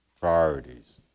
priorities